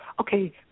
okay